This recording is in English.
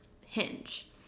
Hinge